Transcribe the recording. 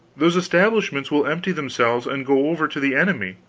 those establishments will empty themselves and go over to the enemy.